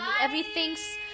everything's